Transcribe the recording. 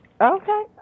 Okay